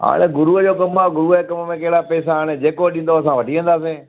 हाणे गुरूअ जो कम आहे गुरूअ जे कम में कहिड़ा पैसा हाणे जेको ॾींदव असां वठी वेंदासीं